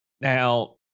Now